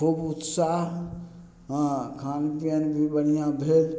खूब उत्साह हँ खान पीयन भी बढ़िआँ भेल